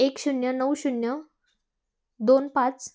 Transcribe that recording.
एक शून्य नऊ शून्य दोन पाच